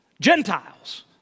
Gentiles